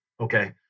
Okay